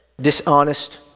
dishonest